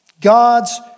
God's